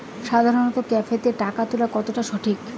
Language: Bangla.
সাধারণ ক্যাফেতে টাকা তুলা কতটা সঠিক?